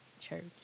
church